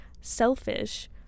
Selfish